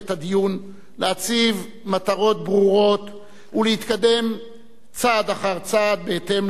להציב מטרות ברורות ולהתקדם צעד אחר צעד בהתאם למטרות שהציב.